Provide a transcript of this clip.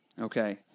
Okay